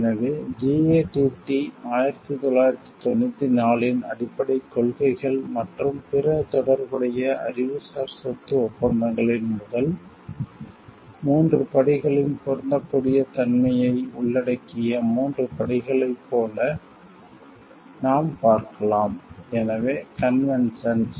எனவே GATT 1994 இன் அடிப்படைக் கொள்கைகள் மற்றும் பிற தொடர்புடைய அறிவுசார் சொத்து ஒப்பந்தங்களின் முதல் 3 படிகளின் பொருந்தக்கூடிய தன்மையை உள்ளடக்கிய 3 படிகளைப் போல் நாம் பார்க்கலாம் எனவே கன்வென்ஷன்ஸ்